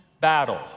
battle